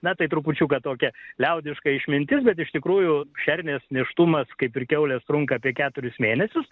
na tai trupučiuką tokia liaudiška išmintis bet iš tikrųjų šernės nėštumas kaip ir kiaulės trunka apie keturis mėnesius